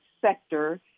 sector